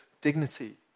dignity